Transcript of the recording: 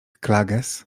klages